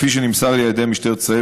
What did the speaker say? כפי שנמסר לי ממשטרת ישראל,